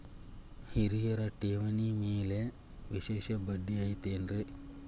ಹಿರಿಯರ ಠೇವಣಿ ಮ್ಯಾಲೆ ವಿಶೇಷ ಬಡ್ಡಿ ಐತೇನ್ರಿ?